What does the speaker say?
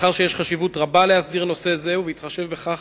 מאחר שיש חשיבות רבה להסדרת נושא זה, ובהתחשב בכך